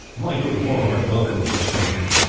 my good war-horse welcomes the stranger.